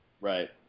Right